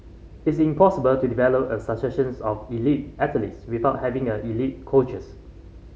it's impossible to develop a successions of elite athletes without having a elite coaches